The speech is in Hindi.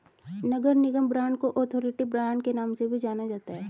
नगर निगम बांड को अथॉरिटी बांड के नाम से भी जाना जाता है